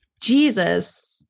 Jesus